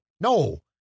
no